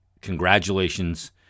Congratulations